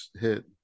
hit